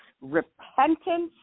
repentance